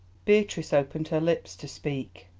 beatrice opened her lips to speak,